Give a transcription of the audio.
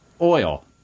oil